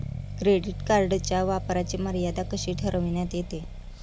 Credit कार्डच्या वापराची मर्यादा कशी ठरविण्यात येते?